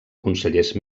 consellers